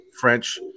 French